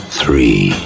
three